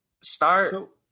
start